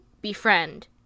befriend